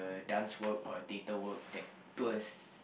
dance work or theater work that tours